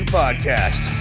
podcast